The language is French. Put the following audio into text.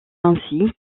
ainsi